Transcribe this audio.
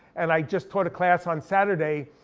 and i just taught a class on saturday,